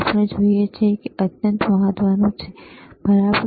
આપણે જે જોઈએ છીએ તે અત્યંત મહત્વનું છે બરાબર